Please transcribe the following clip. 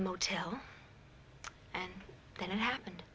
the motel and then it happened